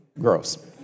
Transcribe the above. gross